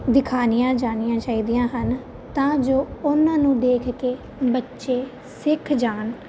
ਦਿਖਾਈਆਂ ਜਾਣੀਆਂ ਚਾਹੀਦੀਆਂ ਹਨ ਤਾਂ ਜੋ ਉਹਨਾਂ ਨੂੰ ਦੇਖ ਕੇ ਬੱਚੇ ਸਿੱਖ ਜਾਣ